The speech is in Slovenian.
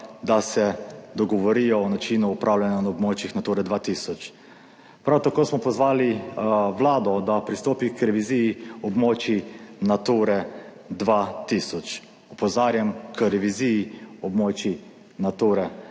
da se dogovorijo o načinu upravljanja na območjih Nature 2000. Prav tako smo pozvali Vlado, da pristopi k reviziji območij Nature 2000, opozarjam, k reviziji območij Nature 2000,